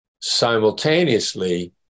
Simultaneously